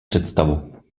představu